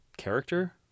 character